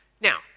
Now